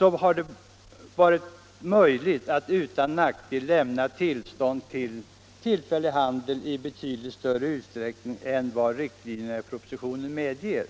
vår reservation, bör det vara möjligt att utan nackdel lämna tillstånd till tillfällig handel i betydligt större utsträckning än vad riktlinjerna i propositionen medger.